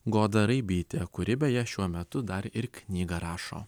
goda raibytė kuri beje šiuo metu dar ir knygą rašo